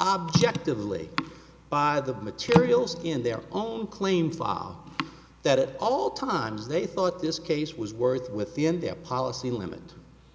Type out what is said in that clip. objectively by the materials in their own claims law that at all times they thought this case was worth with the end their policy limit